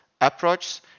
approaches